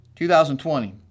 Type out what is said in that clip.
2020